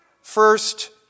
First